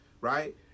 Right